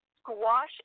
Squash